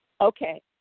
Okay